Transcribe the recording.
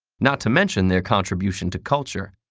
not to mention their contribution to culture.